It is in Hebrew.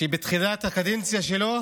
שבתחילת הקדנציה שלו